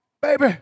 baby